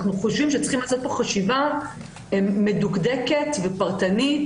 אנחנו חושבים שצריכים לעשות פה חשיבה מדוקדקת ופרטנית.